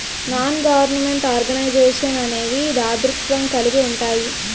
non government organisations అనేవి దాతృత్వం కలిగి ఉంటాయి